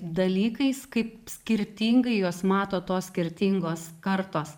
dalykais kaip skirtingai juos mato tos skirtingos kartos